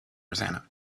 rosanna